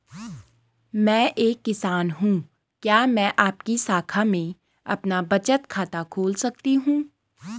मैं एक किसान हूँ क्या मैं आपकी शाखा में अपना बचत खाता खोल सकती हूँ?